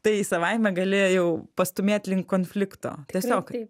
tai savaime gali jau pastūmėt link konflikto tiesiog